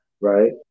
right